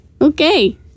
okay